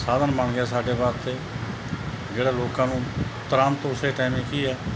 ਸਾਧਨ ਬਣ ਗਿਆ ਸਾਡੇ ਵਾਸਤੇ ਜਿਹੜੇ ਲੋਕਾਂ ਨੂੰ ਤੁਰੰਤ ਉਸੇ ਟਾਈਮ ਕੀ ਹੈ